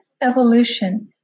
evolution